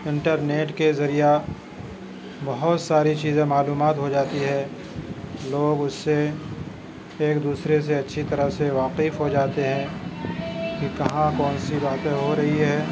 internet کے ذریعہ بہت ساری چیزیں معلومات ہو جاتی ہے لوگ اُس سے ایک دوسرے سے اچھی طرح سے واقف ہو جاتے ہیں کہ کہاں کون سی باتیں ہو رہی ہے